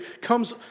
comes